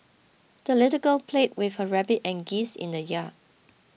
the little girl played with her rabbit and geese in the yard